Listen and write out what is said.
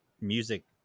music